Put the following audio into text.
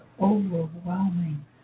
overwhelming